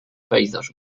pejzaż